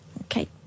Okay